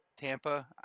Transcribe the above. Tampa